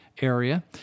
area